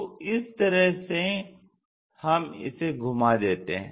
तो इस तरह से हम इसे घुमा देते हैं